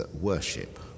worship